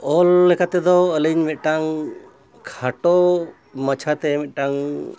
ᱚᱞ ᱞᱮᱠᱟᱛᱮᱫᱚ ᱟᱹᱞᱤᱧ ᱢᱤᱫᱴᱟᱝ ᱠᱷᱟᱴᱚ ᱢᱟᱪᱷᱟ ᱛᱮ ᱢᱤᱫᱴᱟᱝ